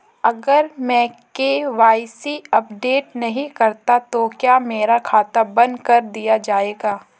अगर मैं KYC update नहीं करता तो क्या मेरा खाता बंद कर दिया जाएगा?